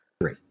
three